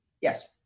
Yes